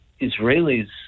Israelis